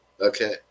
okay